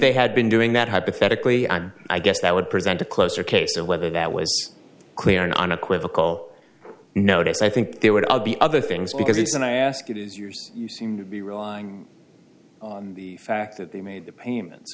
they had been doing that hypothetically i'm i guess that would present a closer case of whether that was clear and unequivocal notice i think they would all be other things because it's and i ask it is yours you seem to be relying on the fact that they made the payments